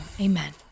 Amen